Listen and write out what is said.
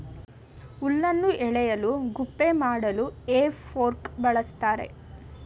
ಹುಲ್ಲನ್ನು ಎಳೆಯಲು ಗುಪ್ಪೆ ಮಾಡಲು ಹೇ ಫೋರ್ಕ್ ಬಳ್ಸತ್ತರೆ